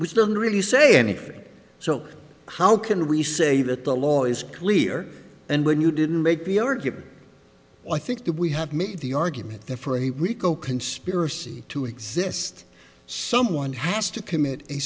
which doesn't really say anything so how can we say that the law is clear and when you didn't make the argument i think that we have made the argument that for a rico conspiracy to exist someone has to commit a